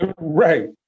right